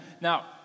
Now